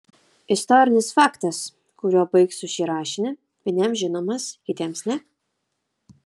istorinis faktas kuriuo baigsiu šį rašinį vieniems žinomas kitiems ne